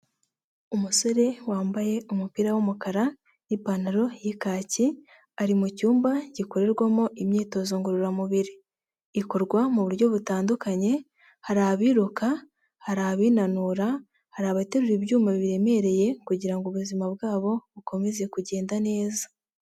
Umusore wambaye umupira w'umukara, ipantaro y'ikaki ari mu cyumba gikorerwamo imyitozo ngororamubiri, ikorwa mu buryo butandukanye hari abiruka, hari abinanura, hari abaterura ibyuma biremereye kugira ubuzima bwabo bukomeze kugenda neza.